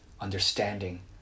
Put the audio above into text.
understanding